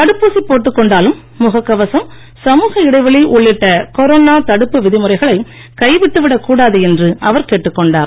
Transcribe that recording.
தடுப்பூசி போட்டுக் கொண்டாலும் முகக் கவசம் சமூக இடைவெளி உள்ளிட்ட கொரோனா தடுப்பு விதிமுறைகளை கைவிட்டுவிடக் கூடாது என்று அவர் கேட்டுக்கொண்டார்